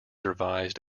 revised